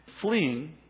fleeing